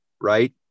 Right